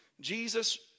Jesus